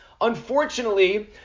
Unfortunately